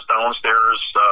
downstairs